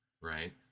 right